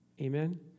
amen